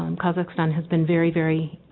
um kazakhstan has been very very